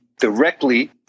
directly